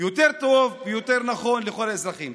יותר טוב ויותר נכון לכל האזרחים.